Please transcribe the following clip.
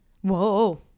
Whoa